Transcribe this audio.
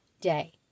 day